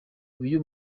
uyu